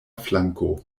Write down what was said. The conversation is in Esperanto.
flanko